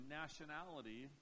nationality